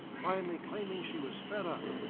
finally, claiming she was fed up,